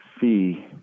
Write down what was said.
fee